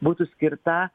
būtų skirta